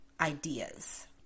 ideas